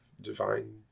divine